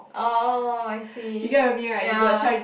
oh I see ya